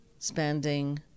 Spending